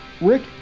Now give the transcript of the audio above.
Rick